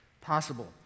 possible